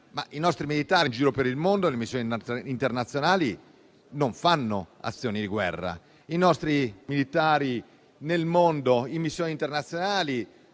i nostri militari in giro per il mondo in missioni internazionali non fanno azioni di guerra. I nostri militari nel mondo in missioni internazionali